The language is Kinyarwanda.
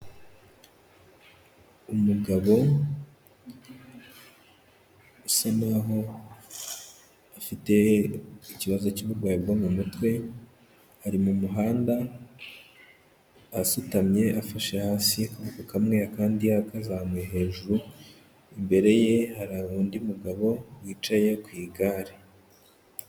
Umugabo usa n'aho afite ikibazo cy'uburwayi bwo mu mutwe, ari mu muhanda arasutamye afashe hasi akaboko kamwe akandi yakazamu hejuru, imbere ye hari undi mugabo wicaye ku igare.